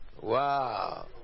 Wow